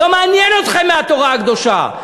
לא מעניין אתכם מהתורה הקדושה.